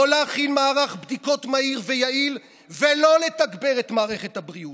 לא להכין מערך בדיקות מהיר ויעיל ולא לתגבר את מערכת הבריאות.